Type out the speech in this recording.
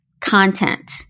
content